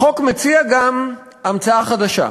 החוק מציע גם המצאה חדשה: